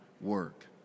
work